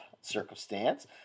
circumstance